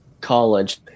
college